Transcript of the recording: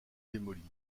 démolies